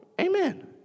Amen